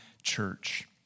Church